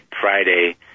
Friday